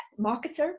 marketer